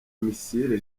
missile